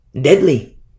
deadly